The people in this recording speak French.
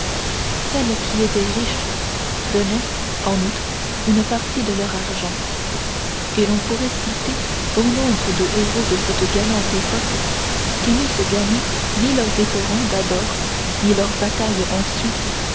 celles qui étaient riches donnaient en outre une partie de leur argent et l'on pourrait citer bon nombre de héros de cette galante époque qui n'eussent gagné ni leurs éperons d'abord ni leurs batailles ensuite